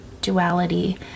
duality